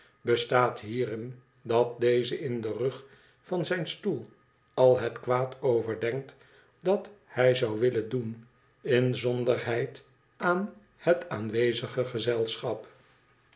bestaat hierin dat deze in den rug van zij n stoel al het kwaad overdenkt dat hij zou willen doen inzonderheid aan het aanwezige gezelschap